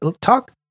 talk